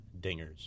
dingers